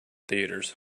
theatres